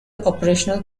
operational